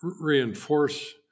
reinforce